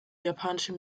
japanischen